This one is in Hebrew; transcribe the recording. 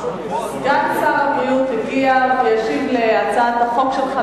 סגן שר הבריאות הגיע וישיב על הצעת החוק שלך,